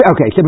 Okay